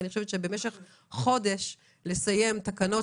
אני חושבת שבמשך חודש לסיים תקנות,